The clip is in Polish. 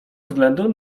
względu